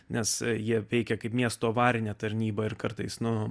nes jie veikia kaip miesto avarinė tarnyba ir kartais nu